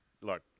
look